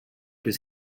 his